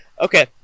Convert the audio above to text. Okay